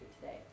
today